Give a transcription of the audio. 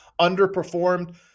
underperformed